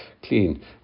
clean